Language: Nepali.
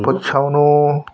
पछ्याउनु